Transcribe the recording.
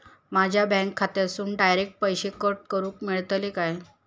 माझ्या बँक खात्यासून डायरेक्ट पैसे कट करूक मेलतले काय?